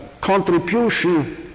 contribution